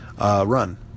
run